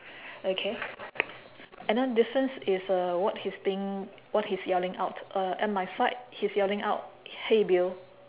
okay another difference is uh what he's being what he's yelling out uh at my side he's yelling out hey bill